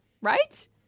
Right